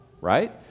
Right